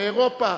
מאירופה,